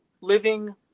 living